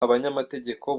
abanyamategeko